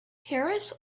harris